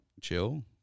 chill